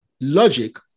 logic